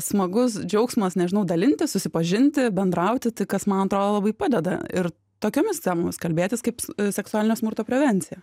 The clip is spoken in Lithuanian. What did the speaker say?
smagus džiaugsmas nežinau dalintis susipažinti bendrauti tai kas man atrodo labai padeda ir tokiomis temomis kalbėtis kaip seksualinio smurto prevencija